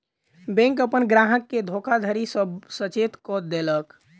bank अपन ग्राहक के धोखाधड़ी सॅ सचेत कअ देलक